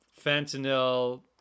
fentanyl